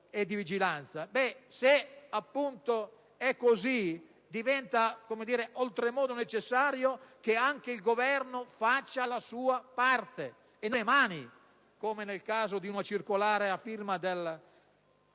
Se è così, diventa oltremodo necessario che anche il Governo faccia la sua parte e non emani, come nel caso dell'atto a firma del